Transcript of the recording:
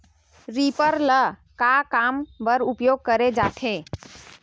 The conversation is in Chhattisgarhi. रीपर ल का काम बर उपयोग करे जाथे?